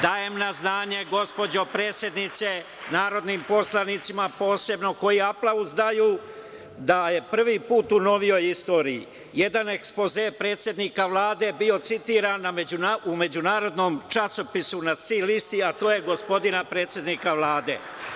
Dajem na znanje, gospođo predsednice, narodnim poslanicima posebno koji aplauz daju, da je prvi put u novijoj istoriji, jedan ekspoze predsednika Vlade bio citiran u međunarodnom časopisu na „Si“ listi, a to je gospodina predsednika Vlade.